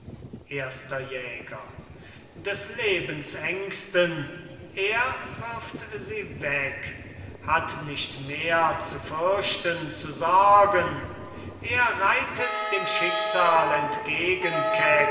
erster jäger des lebens ängsten er wirft sie weg hat nicht mehr zu fürchten zu sorgen er reitet dem schicksal